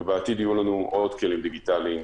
ובעתיד יהיו לנו עוד כלים דיגיטליים